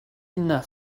enough